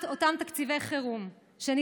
אני